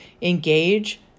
engage